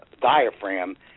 diaphragm